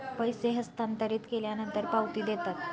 पैसे हस्तांतरित केल्यानंतर पावती देतात